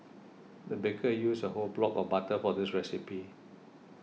the baker used a whole block of butter for this recipe